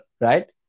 right